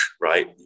right